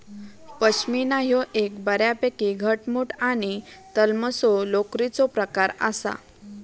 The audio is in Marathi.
पश्मीना ह्यो एक बऱ्यापैकी घटमुट आणि तलमसो लोकरीचो प्रकार आसा